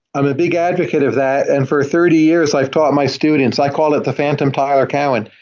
i'm a big advocate of that, and for thirty years i've taught my students. i call it the phantom tyler cowen.